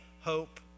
hope